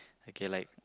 okay like